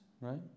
right